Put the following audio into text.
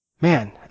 man